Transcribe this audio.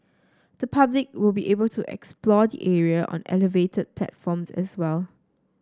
the public will be able to explore the area on elevated platforms as well